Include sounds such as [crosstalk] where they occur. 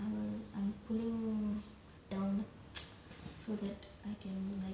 and err I'm pulling down [noise] so that I can like